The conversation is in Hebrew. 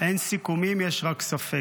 אין סיכומים, יש רק ספק".